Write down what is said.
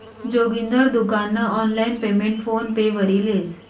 जोगिंदर दुकान नं online payment PhonePe वरी लेस